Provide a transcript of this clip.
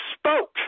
spoke